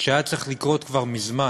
שהיה צריך לקרות כבר מזמן.